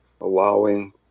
allowing